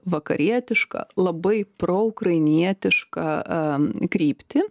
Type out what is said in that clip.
vakarietišką labai proukrainietišką kryptį